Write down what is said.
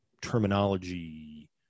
terminology